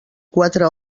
quatre